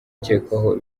ukekwaho